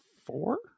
four